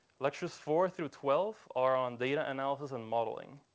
lectures four through twelve are on data analysis and modeling.